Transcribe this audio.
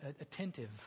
attentive